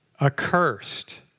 Accursed